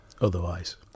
otherwise